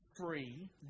free